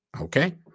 Okay